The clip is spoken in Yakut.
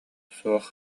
суох